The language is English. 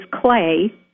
clay